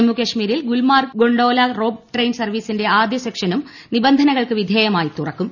ജമ്മുകശ്മീരിൽ Gulmarg gondola rope train സർവ്വീസിന്റെ ആദ്യ സെക്ഷനും നിബന്ധനകൾക്ക് വിധേയമായി തുറക്കും